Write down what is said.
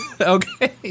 Okay